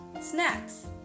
snacks